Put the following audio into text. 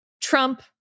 Trump